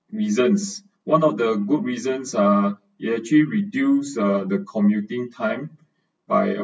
reasons one of the good reasons are it actually reduce uh the commuting time by